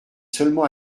seulement